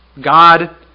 God